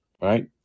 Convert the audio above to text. right